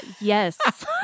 yes